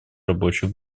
рабочей